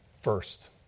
first